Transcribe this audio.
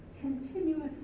continuously